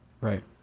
Right